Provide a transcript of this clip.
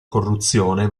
corruzione